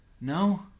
No